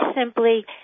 simply